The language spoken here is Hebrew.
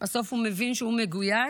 בסוף הוא מבין שהוא מגויס.